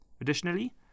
Additionally